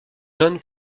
john